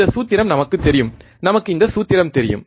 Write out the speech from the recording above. இந்த சூத்திரம் நமக்குத் தெரியும் நமக்கு இந்த சூத்திரம் தெரியும்